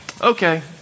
Okay